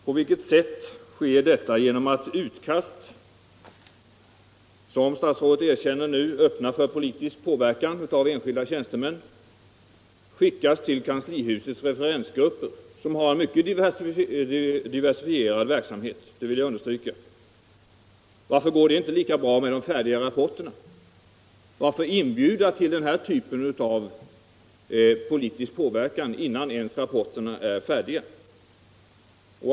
På vilket sätt nås detta syfte genom att utkast — som statsrådet erkänner nu, öppna för politisk påverkan av enskilda tjänstemän — skickas till kanslihusets referensgrupper som, det vill jag understryka, har mycket diversifierad verksamhet? Varför går det inte lika bra med de färdiga rapporterna? Varför inbjuda till denna typ av politisk påverkan innan rapporterna ens är färdiga?